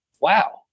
Wow